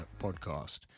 Podcast